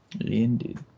Indeed